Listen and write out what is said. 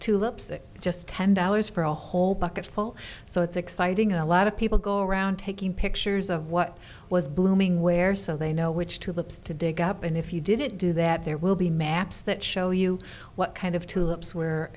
two lips that just ten dollars for a whole bucket full so it's exciting a lot of people go around taking pictures of what was blooming where so they know which tulips to dig up and if you didn't do that there will be maps that show you what kind of tulips where